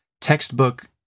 textbook